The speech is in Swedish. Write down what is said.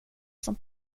som